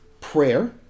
prayer